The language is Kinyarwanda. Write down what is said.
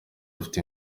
ufite